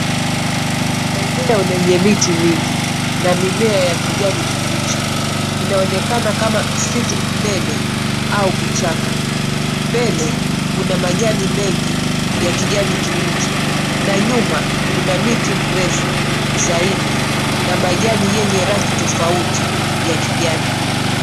Eneo lenye miti mingi na mimea ya kijani kibichi. Inaonekana kama msitu mnene au kichaka. Mbele kuna majani mengi ya kijani kibichi na nyuma kuna miti mirefu zaidi na majani yenye rangi tofauti ya kijani.